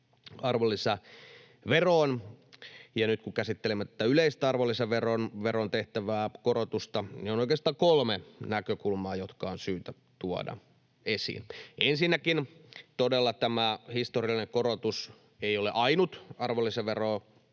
arvonlisäveroon, ja nyt kun käsittelemme tätä yleistä arvonlisäveroon tehtävää korotusta, on oikeastaan kolme näkökulmaa, jotka on syytä tuoda esiin. Ensinnäkin tämä historiallinen korotus ei todella ole ainut arvonlisäveroissa